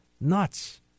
nuts